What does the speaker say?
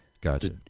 Gotcha